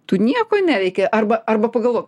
tu nieko neveiki arba arba pagalvok